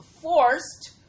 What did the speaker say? forced